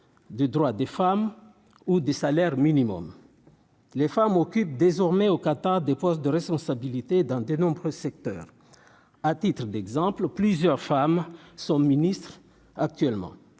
des droits des femmes ou des salaires minimum, les femmes occupent désormais au Qatar, des postes de responsabilité dans de nombreux secteurs, à titre d'exemple, plusieurs femmes sont ministre actuellement